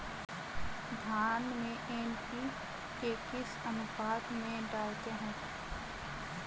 धान में एन.पी.के किस अनुपात में डालते हैं?